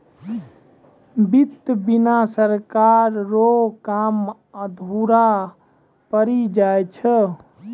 वित्त बिना सरकार रो काम अधुरा पड़ी जाय छै